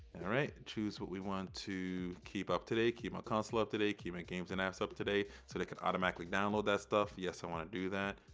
alright, choose what we want to keep up to date. keep my console up to date. keep my games and apps up to date, so they can automatically download that stuff. yes, i wanna do that.